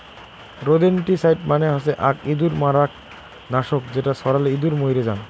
rodenticide মানে হসে আক ইঁদুর মারার নাশক যেটা ছড়ালে ইঁদুর মইরে জাং